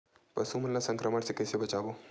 पशु मन ला संक्रमण से कइसे बचाबो?